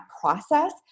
process